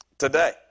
Today